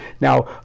now